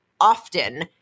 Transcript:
often